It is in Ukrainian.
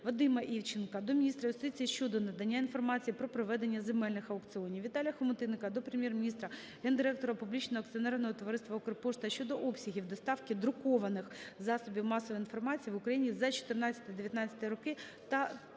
Вадима Івченка до міністра юстиції щодо надання інформації про проведення земельних аукціонів. Віталія Хомутинніка до Прем'єр-міністра, гендиректора Публічного акціонерного товариства "Укрпошта" щодо обсягів доставки друкованих засобів масової інформації в Україні за 2014-2019 роки